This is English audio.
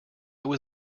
was